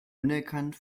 unerkannt